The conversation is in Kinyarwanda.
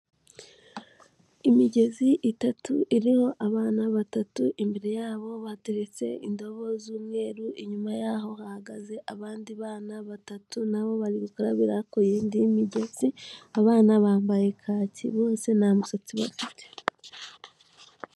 Imigezi itatu iriho abana batatu, imbere yabo bateretse indabo z'umweru, inyuma yaho hahagaze abandi bana batatu, na bo bari gukarabira ku yindi migezi, abana bambaye kaki bose nta musatsi bafite.